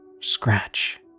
scratch